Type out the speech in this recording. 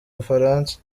bufaransa